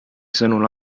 sõnul